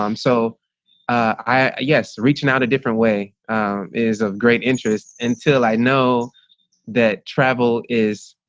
um so i yes, reaching out a different way is of great interest until i know that travel is